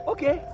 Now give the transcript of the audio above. Okay